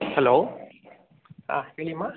hello ಹಾಂ ಹೇಳಿಮ್ಮ